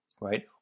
Right